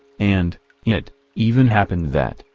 and even happened that,